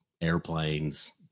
airplanes